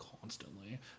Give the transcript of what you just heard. constantly